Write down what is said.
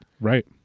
Right